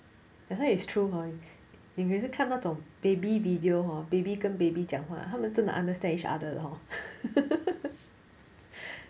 that's why it's true hor 你每次看到那种 baby video hor baby 跟 baby 讲话他们真的 understand each other lah hor